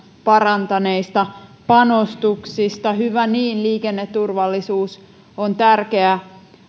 parantaneista panostuksista hyvä niin liikenneturvallisuus on tärkeä